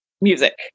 music